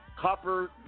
Copper